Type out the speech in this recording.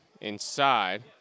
inside